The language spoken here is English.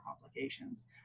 complications